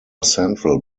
central